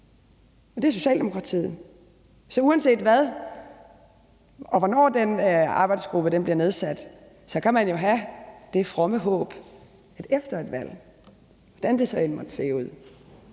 og det er Socialdemokratiet. Så uanset hvad, og uanset hvornår den arbejdsgruppe bliver nedsat, kan man jo have det fromme håb, at efter et valg, hvordan det så end måtte falde